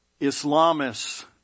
Islamists